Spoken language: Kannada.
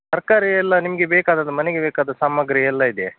ತರಕಾರಿ ಎಲ್ಲ ನಿಮಗೆ ಬೇಕಾದದ್ದು ಮನೆಗೆ ಬೇಕಾದದ್ದು ಸಾಮಾಗ್ರಿ ಎಲ್ಲ ಇದೆ